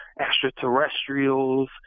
extraterrestrials